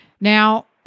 Now